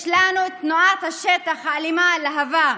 יש לנו את תנועת השטח האלימה להב"ה.